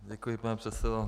Děkuji, pane předsedo.